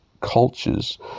cultures